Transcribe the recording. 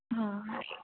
ಹಾಂ